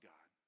God